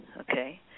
Okay